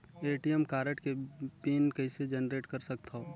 ATM card के PIN कइसे generate कर सकथव?